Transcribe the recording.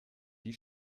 die